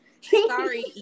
Sorry